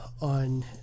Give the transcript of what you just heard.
on